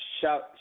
shout